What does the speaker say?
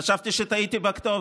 חשבתי שטעיתי בכתובת.